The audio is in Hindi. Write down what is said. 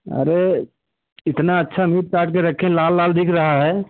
अरे इतना अच्छा मीट काट कर रखे हैं लाल लाल दिख रहा है